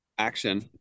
Action